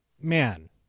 man